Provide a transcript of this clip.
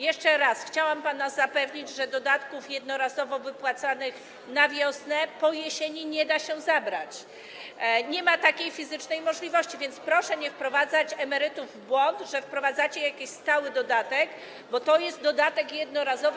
Jeszcze raz chciałam pana zapewnić, że dodatków jednorazowo wypłacanych na wiosnę po jesieni nie da się zabrać, nie ma takiej fizycznej możliwości, więc proszę nie wprowadzać emerytów w błąd, że wprowadzacie jakiś stały dodatek, bo to jest dodatek jednorazowy.